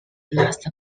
last